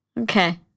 Okay